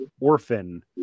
orphan